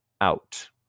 out